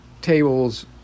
tables